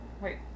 Wait